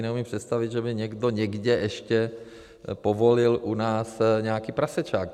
Neumím si představit, že by někdo někde ještě povolil u nás nějaký prasečák.